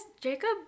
Jacob